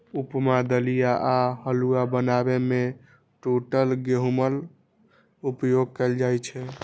उपमा, दलिया आ हलुआ बनाबै मे टूटल गहूमक उपयोग कैल जाइ छै